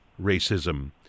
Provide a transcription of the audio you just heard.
racism